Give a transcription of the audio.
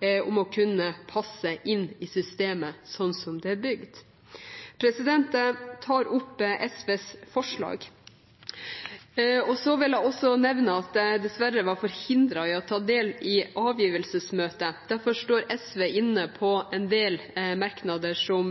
å passe inn i systemet slik det er bygd. Jeg tar opp SVs forslag. Jeg vil også nevne at jeg dessverre var forhindret fra å ta del i avgivelsesmøtet. Derfor står SV med på en del merknader som